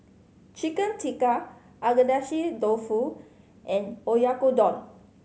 Chicken Tikka Agedashi Dofu and Oyakodon